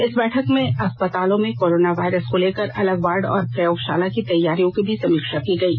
इस बैठक में अस्पतालों में कोरोना वायरस को लेकर अलग वार्ड और प्रयोगशाला की तैयारियों की भी समीक्षा की गयी